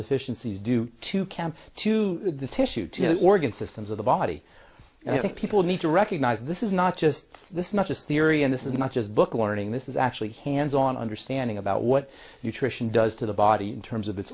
deficiencies due to cam to the tissue to organ systems of the body and i think people need to recognise this is not just this not just theory and this is not just book learning this is actually hands on understanding about what you tricia does to the body in terms of